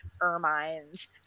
ermines